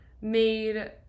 made